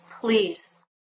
please